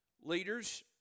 Leaders